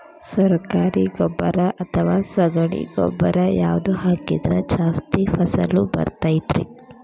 ಸರಕಾರಿ ಗೊಬ್ಬರ ಅಥವಾ ಸಗಣಿ ಗೊಬ್ಬರ ಯಾವ್ದು ಹಾಕಿದ್ರ ಜಾಸ್ತಿ ಫಸಲು ಬರತೈತ್ರಿ?